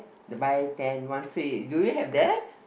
the buy ten one free do you have that